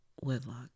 wedlock